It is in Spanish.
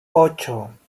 ocho